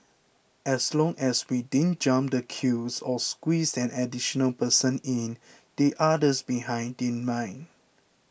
as long as we didn't jump the queues or squeezed an additional person in the others behind didn't mind